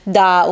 da